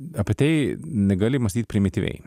apie tai negali mąstyt primityviai